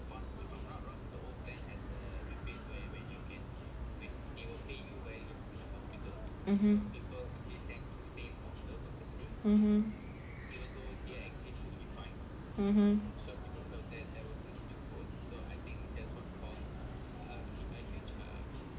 mmhmm